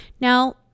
Now